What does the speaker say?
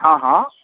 हँ हँ